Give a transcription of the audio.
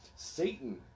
satan